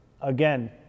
again